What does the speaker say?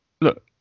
look